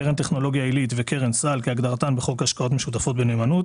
"קרן טכנולוגיה עילית" ו-"קרן סל" כהגדרתן בחוק השקעות משותפות בנאמנות,